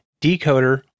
Decoder